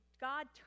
God